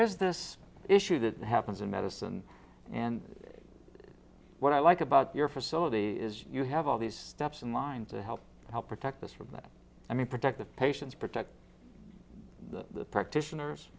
is this issue that happens in medicine and what i like about your facility is you have all these steps in line to help help protect us from that i mean protect the patients protect practitioners